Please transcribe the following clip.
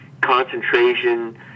concentration